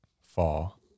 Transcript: fall